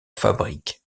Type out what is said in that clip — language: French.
fabrique